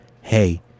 hey